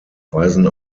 weisen